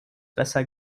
besser